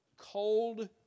cold